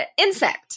insect